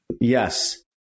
Yes